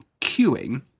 queuing